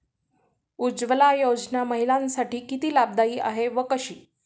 उज्ज्वला योजना महिलांसाठी किती लाभदायी आहे व कशी?